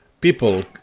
People